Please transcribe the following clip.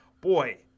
boy